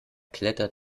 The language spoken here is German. klettert